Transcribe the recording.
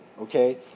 okay